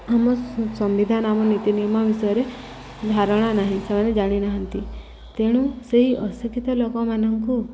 ଆମ ସମ୍ବିଧାନ ଆମ ନୀତି ନିିୟମ ବିଷୟରେ ଧାରଣା ନାହିଁ ସେମାନେ ଜାଣିନାହାନ୍ତି ତେଣୁ ସେଇ ଅଶିକ୍ଷିତ ଲୋକମାନଙ୍କୁ